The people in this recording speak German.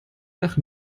nach